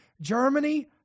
Germany